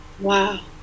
Wow